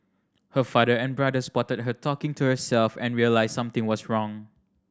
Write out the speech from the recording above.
her father and brother spotted her talking to herself and realised something was wrong